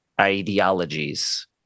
ideologies